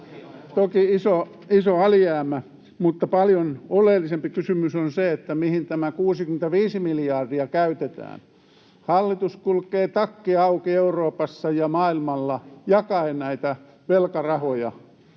toki iso alijäämä. Mutta paljon oleellisempi kysymys on se, mihin tämä 65 miljardia käytetään. Hallitus kulkee takki auki Euroopassa ja maailmalla jakaen näitä velkarahoja,